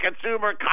consumer